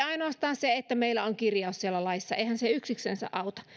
ainoastaan se että meillä on kirjaus siellä laissa yksinään auta